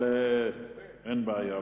אין בעיה,